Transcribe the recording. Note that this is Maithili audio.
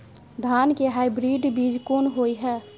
धान के हाइब्रिड बीज कोन होय है?